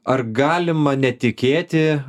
ar galima netikėti